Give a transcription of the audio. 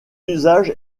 usage